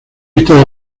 lista